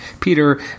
Peter